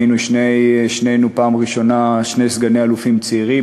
היינו שנינו פעם ראשונה שני סגני-אלופים צעירים,